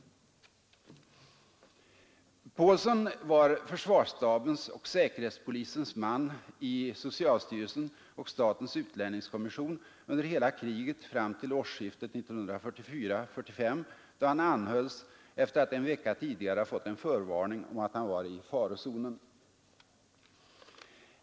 Paulson var försvarsstabens och säkerhetspolisens man i socialstyrelsen och statens utlänningskommission under hela kriget fram till årsskiftet 1944-1945, då han anhölls efter att en vecka tidigare ha fått en förvarning om att han var i farozonen.